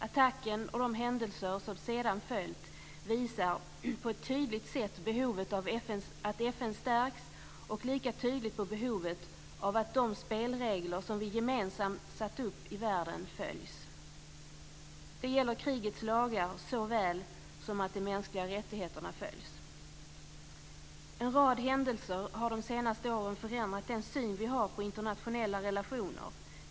Attacken och de händelser som sedan följt visar på ett tydligt sätt behovet av att FN stärks och lika tydligt på behovet av att de spelregler som vi gemensamt satt upp i världen följs. Det gäller krigets lagar såväl som att de mänskliga rättigheterna följs. En rad händelser har de senaste åren förändrat den syn vi har på internationella relationer.